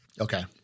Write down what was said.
okay